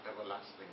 everlasting